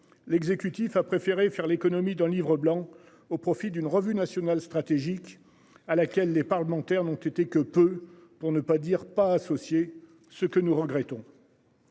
l'exécutif a préféré faire l'économie d'un livre blanc au profit d'une revue nationale stratégique à laquelle les parlementaires n'ont été que peu pour ne pas dire pas associé. Ce que nous regrettons.